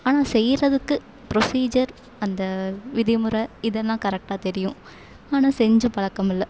ஆனால் செய்யிறதுக்கு புரோசிஜர் அந்த விதி முறை இதெல்லாம் கரெக்டாக தெரியும் ஆனால் செஞ்சி பழக்கம் இல்லை